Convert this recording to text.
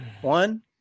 one